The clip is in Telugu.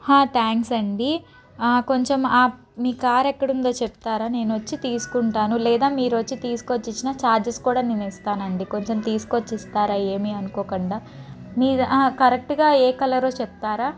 థ్యాంక్స్ అండి కొంచెం మీ కార్ ఎక్కడ ఉందో చెప్తారా నేను వచ్చి తీసుకుంటాను లేదా మీరు వచ్చి తీసుకొచ్చి ఇచ్చిన ఛార్జెస్ కూడా నేను వస్తానండి కొంచెం తీసుకొచ్చి ఇస్తారా ఏమి అనుకోకండా మీది కరెక్ట్గా ఏ కలరో చెప్తారా